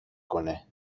کنه